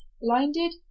blinded